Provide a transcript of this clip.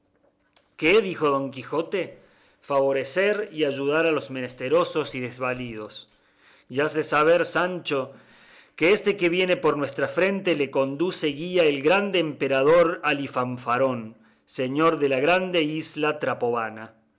qué dijo don quijote favorecer y ayudar a los menesterosos y desvalidos y has de saber sancho que este que viene por nuestra frente le conduce y guía el grande emperador alifanfarón señor de la grande isla